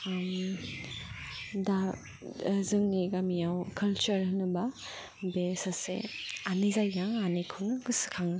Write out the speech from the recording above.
दा जोंनि गामिआव कालचार होनब्ला बे सासे आनै जायो आनैखौ गोसोखाङो